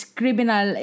criminal